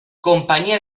companyia